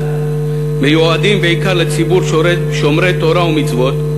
מיועדים בעיקר לציבור שומרי תורה ומצוות,